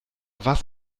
was